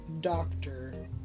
doctor